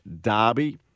Derby